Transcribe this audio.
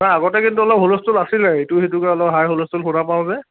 নাই আগতে কিন্তু অলপ হুলস্থূল আছিলে ইটো সিটোকৈ অলপ হাই হুলস্থূল শুনা পাওঁ যে